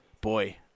boy